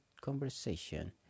conversation